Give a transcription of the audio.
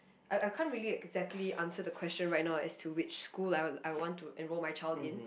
I I can't really exactly answer the question right now as to which school I I want to enroll my child in